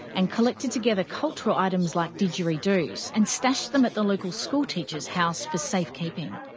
and collected together cultural items like didgeridoos, and stashed them at the local school-teacher's house for safe-keeping.